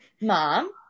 mom